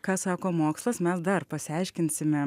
ką sako mokslas mes dar pasiaiškinsime